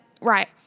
right